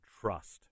trust